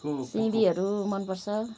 सिमीहरू मन पर्छ